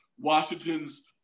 Washington's